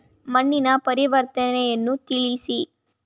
ಮಣ್ಣಿನ ಪರಿವರ್ತನೆಯನ್ನು ತಿಳಿಸಿ?